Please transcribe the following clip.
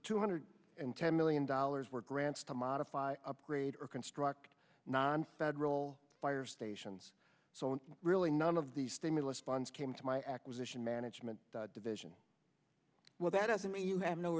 two hundred and ten million dollars were grants to modify upgrade or construct nonfederal fire stations so on really none of the stimulus funds came to my acquisition management division well that doesn't mean you have no